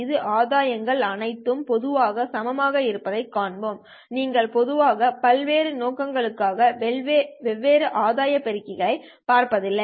இந்த ஆதாயம் கள் அனைத்தும் பொதுவாக சமமாக இருப்பதைக் காண்போம் சரி நீங்கள் பொதுவாக பல்வேறு நோக்கங்களுக்காக வெவ்வேறு ஆதாயம் பெருக்கி பார்ப்பதில்லை